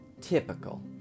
typical